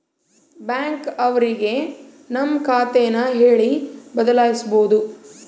bank ಅವ್ರಿಗೆ ನಮ್ ಖಾತೆ ನ ಹೇಳಿ ಬದಲಾಯಿಸ್ಬೋದು